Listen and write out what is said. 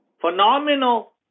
phenomenal